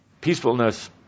Peacefulness